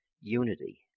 unity